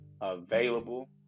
available